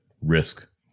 risk